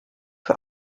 für